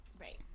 right